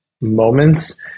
moments